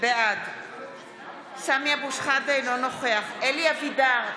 בעד סמי אבו שחאדה, אינו נוכח אלי אבידר,